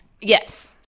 Yes